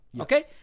okay